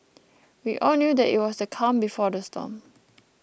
we all knew that it was the calm before the storm